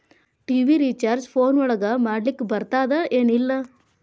TV recharge phone ಒಳಗ ಮಾಡ್ಲಿಕ್ ಬರ್ತಾದ ಏನ್ ಇಲ್ಲ?